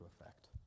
effect